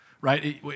right